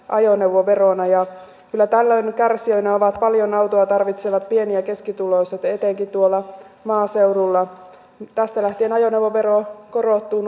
ajoneuvoverona ja kyllä tällöin kärsijöinä ovat paljon autoa tarvitsevat pieni ja keskituloiset etenkin tuolla maaseudulla tästä lähtien ajoneuvovero korottuu